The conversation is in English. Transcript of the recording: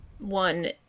one